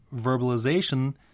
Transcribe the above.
verbalization